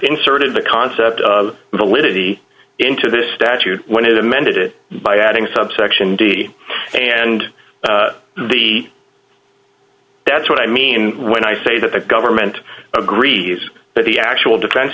inserted the concept of validity into the statute when it amended it by adding subsection d and the that's what i mean when i say that the government agrees that the actual de